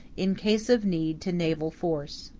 in case of need, to naval force.